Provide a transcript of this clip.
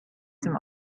dem